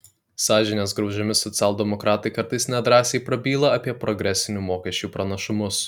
sąžinės griaužiami socialdemokratai kartais nedrąsiai prabyla apie progresinių mokesčių pranašumus